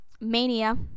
Mania